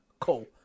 Cool